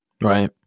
right